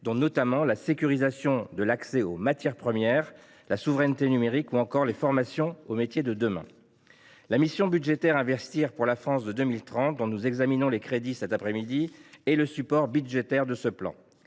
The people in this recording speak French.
comme la sécurisation de l’accès aux matières premières, la souveraineté numérique ou encore les formations aux métiers de demain. La mission budgétaire « Investir pour la France de 2030 », dont nous examinons les crédits cet après midi, est le support budgétaire de ce plan.